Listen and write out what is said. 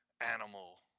animal